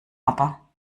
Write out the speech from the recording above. aber